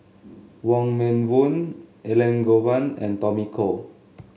Wong Meng Voon Elangovan and Tommy Koh